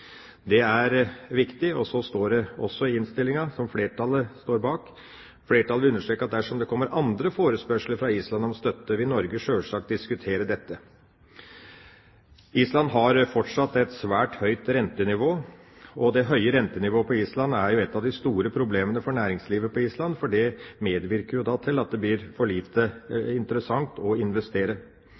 Det er viktig. Så står det også i innstillinga, som flertallet står bak: «Flertallet vil understreke at dersom det kommer andre forespørsler fra Island om støtte, vil Norge selvsagt diskutere dette.» Island har fortsatt et svært høyt rentenivå. Det høye rentenivået på Island er et av de store problemene for næringslivet på Island, for det medvirker til at det blir for lite interessant å investere.